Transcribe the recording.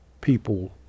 people